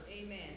Amen